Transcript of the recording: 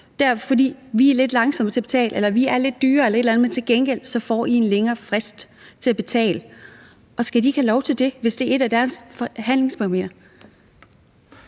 fordi I er lidt langsomme til at betale, eller vi er lidt dyrere eller et eller andet, men til gengæld får I en længere frist til at betale. Og skal de ikke have lov til det, hvis det er et af deres handelsparametre?